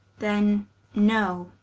then no,